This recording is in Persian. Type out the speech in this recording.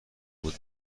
بود